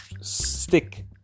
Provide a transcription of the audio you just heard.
Stick